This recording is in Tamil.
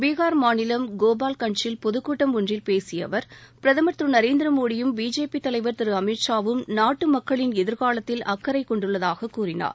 பீகார் மாநிலம் கோபால்கஞ்சில் பொதுக்கூட்டம் ஒன்றில் பேசிய அவர் பிரதமர் திரு நரேந்திர மோடியும் பிஜேபி தலைவர் திரு அமித் ஷாவும் நாட்டு மக்களின் எதிர்காலத்தில் அக்கறை கொண்டுள்ளதாக கூறினார்